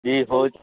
جی ہو